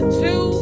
two